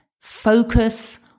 focus